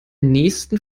nächsten